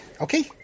Okay